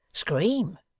scream,